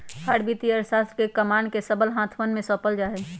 हर वित्तीय अर्थशास्त्र के कमान के सबल हाथवन में सौंपल जा हई